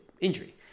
injury